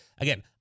Again